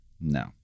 no